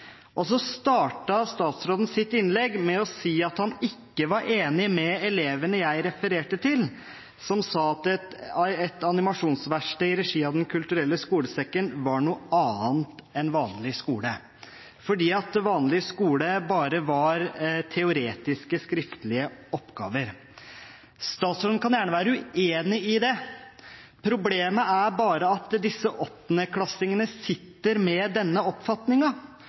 Så startet statsråden sitt innlegg med å si at han ikke var enig med elevene jeg refererte til, som sa at et animasjonsverksted i regi av Den kulturelle skolesekken var noe annet enn vanlig skole, fordi vanlig skole bare var teoretiske, skriftlige oppgaver. Statsråden kan gjerne være uenig i det. Problemet er bare at disse åttendeklassingene sitter med denne